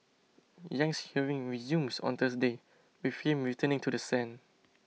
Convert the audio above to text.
Yang's hearing resumes on Thursday with him returning to the stand